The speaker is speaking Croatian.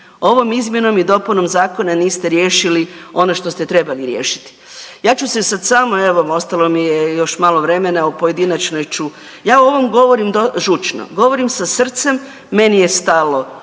Ovom izmjenom i dopunom zakona niste riješili ono što ste trebali riješiti. Ja ću se sad samo evo ostalo mi je još malo vremena u pojedinačnoj ću, ja o ovom govorim žučno, govorim sa srcem, meni je stalo